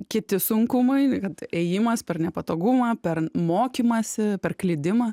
kiti sunkumai kad ėjimas per nepatogumą per mokymąsi per klydimą